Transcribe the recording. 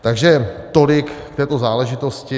Takže tolik k této záležitosti.